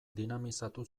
dinamizatu